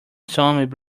stones